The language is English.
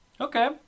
Okay